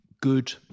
good